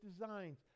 designs